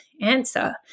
answer